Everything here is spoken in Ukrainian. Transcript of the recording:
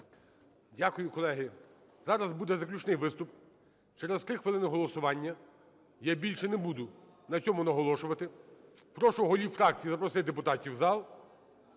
Дякую, колеги. Зараз буде заключний виступ. Через 3 хвилини голосування. Я більше не буду на цьому наголошувати. Прошу голів фракцій запросити депутатів в зал.